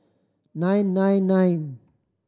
nine nine nine